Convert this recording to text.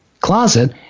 closet